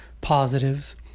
positives